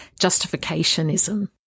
justificationism